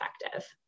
effective